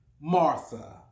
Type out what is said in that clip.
Martha